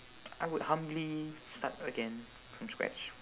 I would humbly start again from scratch